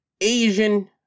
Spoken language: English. Asian